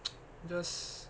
just